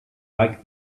like